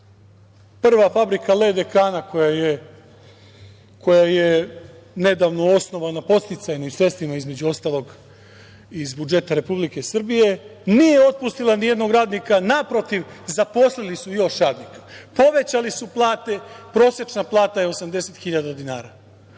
prva fabrika … koja je nedavno osnovana podsticajnim sredstvima, između ostalog, iz budžeta Republike Srbije, nije otpustila nijednog radnika. Naprotiv, zaposlili su još radnika. Povećali su plate. Prosečna plata je 80.000 dinara. Isto